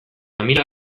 tamil